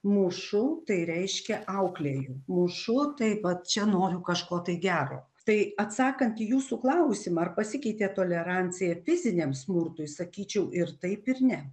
mušu tai reiškia auklėju mušu tai va čia noriu kažko gero tai atsakant į jūsų klausimą ar pasikeitė tolerancija fiziniam smurtui sakyčiau ir taip ir ne